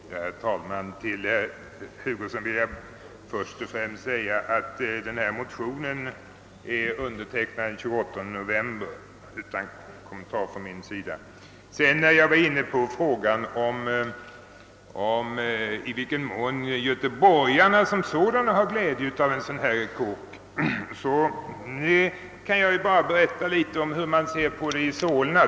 Herr talman! Till herr Hugosson viil jag först och främst utan ytterligare kommentar säga att motionen är undertecknad den 28 november. Man har varit inne på frågan i vilken mån göteborgarna som sådana har någon glädje av ett bygge av detta slag. Jag kan berätta om hur vi i Solna ser på liknande ting.